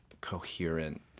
coherent